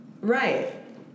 Right